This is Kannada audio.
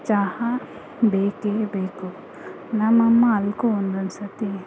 ಚಹಾ ಬೇಕೇ ಬೇಕು ನಮಮ್ಮ ಅದ್ಕೂ ಒಂದೊಂದು ಸರ್ತಿ